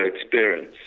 experience